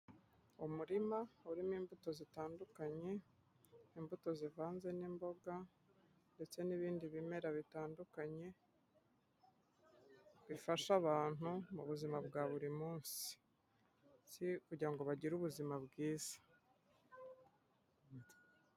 Umurima urimo imbuto zitandukanye, imbuto zivanze n'imboga ndetse n'ibindi bimera bitandukanye, bifasha abantu mu buzima bwa buri munsi ndetse kugira ngo bagire ubuzima bwiza.